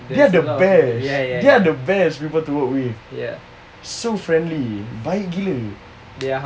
they are the best they are the best people to work with so friendly baik gila